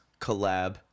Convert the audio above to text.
collab